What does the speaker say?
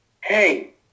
Hey